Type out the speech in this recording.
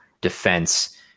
defense